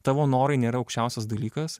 tavo norai nėra aukščiausias dalykas